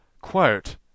Quote